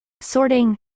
Sorting